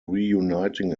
reuniting